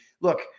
Look